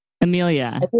Amelia